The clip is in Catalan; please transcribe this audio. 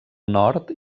nord